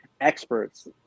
experts